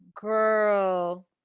Girl